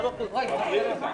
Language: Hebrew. מה נסגר איתך?